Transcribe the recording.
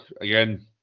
again